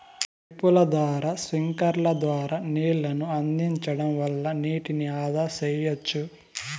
డ్రిప్పుల ద్వారా స్ప్రింక్లర్ల ద్వారా నీళ్ళను అందించడం వల్ల నీటిని ఆదా సెయ్యచ్చు